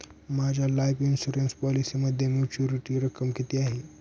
माझ्या life insurance पॉलिसीमध्ये maturity रक्कम किती आहे?